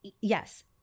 yes